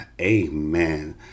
Amen